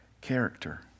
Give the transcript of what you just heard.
character